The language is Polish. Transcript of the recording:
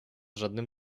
żadnym